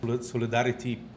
solidarity